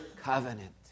covenant